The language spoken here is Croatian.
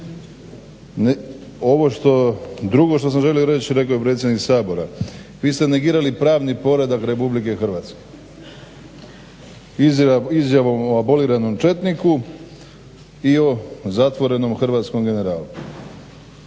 drugo što sam želio reć rekao je predsjednik Sabora. Vi ste negirali pravni poredak RH izjavom o aboliranom četniku i o zatvorenom hrvatskom generalu.